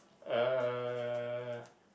uh